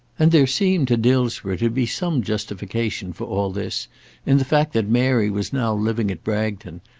and there seemed to dillsborough to be some justification for all this in the fact that mary was now living at bragton,